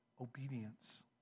obedience